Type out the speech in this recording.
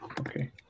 Okay